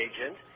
agent